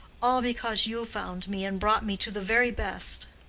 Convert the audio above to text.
all because you found me and brought me to the very best.